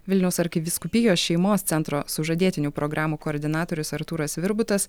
vilniaus arkivyskupijos šeimos centro sužadėtinių programų koordinatorius artūras svirbutas